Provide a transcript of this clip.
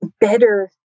better